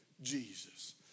Jesus